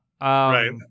Right